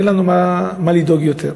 אין לנו מה לדאוג יותר.